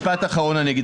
משפט אחרון אני אגיד.